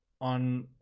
on